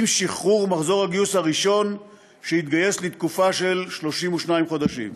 עם שחרור מחזור הגיוס הראשון שהתגייס לתקופה של 32 חודשים.